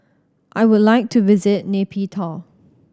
I would like to visit Nay Pyi Taw